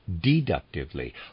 deductively